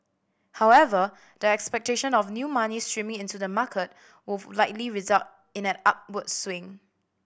however the expectation of new money streaming into the market with likely result in an upward swing